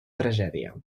tragèdia